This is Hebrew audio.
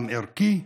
עם ערכי,